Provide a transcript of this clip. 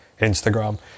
Instagram